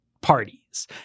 parties